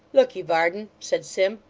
lookye, varden said sim,